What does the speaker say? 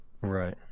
Right